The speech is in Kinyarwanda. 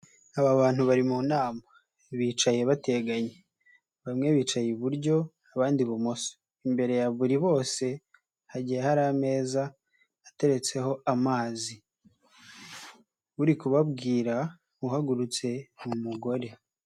Aba bantu bari mu nama, bicaye bateganye, bamwe bicaye iburyo, abandi ibumoso, imbere ya buri bose, hagiye hari ameza ateretseho amazi, uri kubabwira uhagurutse, ni umugore.